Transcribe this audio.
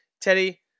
Teddy